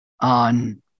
on